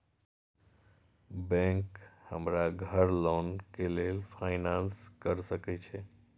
Bank हमरा घर loan के लेल फाईनांस कर सके छे?